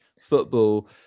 football